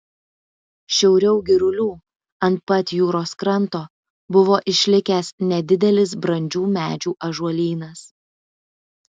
šiauriau girulių ant pat jūros kranto buvo išlikęs nedidelis brandžių medžių ąžuolynas